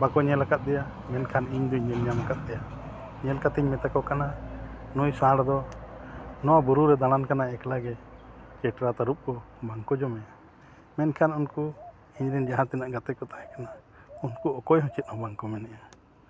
ᱵᱟᱠᱚ ᱧᱮᱞ ᱠᱟᱫᱮᱭᱟ ᱢᱮᱱᱠᱷᱟᱱ ᱤᱧ ᱫᱚᱧ ᱧᱮᱞ ᱧᱟᱢ ᱠᱟᱫᱮᱭᱟ ᱧᱮᱞ ᱠᱟᱛᱮ ᱢᱮᱛᱟ ᱠᱚ ᱠᱟᱱᱟ ᱱᱩᱭ ᱥᱟᱬ ᱫᱚ ᱱᱚᱣᱟ ᱵᱩᱨᱩ ᱨᱮ ᱫᱟᱲᱟᱱ ᱠᱟᱱᱟᱭ ᱮᱠᱞᱟᱜᱮ ᱪᱮᱫ ᱪᱮᱴᱨᱟ ᱛᱟᱹᱨᱩᱵ ᱠᱚ ᱵᱟᱝ ᱠᱚ ᱡᱚᱢᱮᱭᱟ ᱢᱮᱱᱠᱷᱟᱱ ᱩᱱᱠᱩ ᱤᱧ ᱨᱮᱱ ᱡᱟᱦᱟᱸ ᱛᱤᱱᱟᱹᱜ ᱜᱟᱛᱮ ᱠᱚ ᱛᱟᱦᱮᱸ ᱠᱟᱱᱟ ᱩᱱᱠᱩ ᱚᱠᱚᱭ ᱦᱚᱸ ᱪᱮᱫ ᱦᱚᱸ ᱵᱟᱝ ᱠᱚ ᱢᱮᱱᱮᱜᱼᱟ